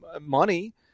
money